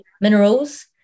minerals